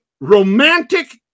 romantic